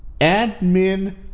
admin